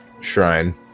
Shrine